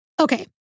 Okay